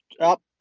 up